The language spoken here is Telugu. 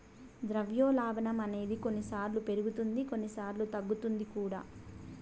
ద్రవ్యోల్బణం అనేది కొన్నిసార్లు పెరుగుతుంది కొన్నిసార్లు తగ్గుతుంది కూడా